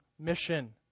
mission